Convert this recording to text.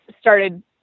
started